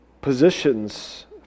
positions